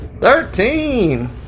Thirteen